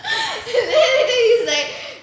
then later he's like